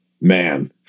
man